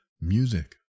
music